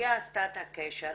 היא עשתה את הקשר.